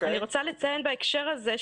אני רוצה לציין בהקשר הזה,